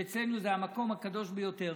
שאצלנו זה המקום הקדוש ביותר.